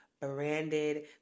branded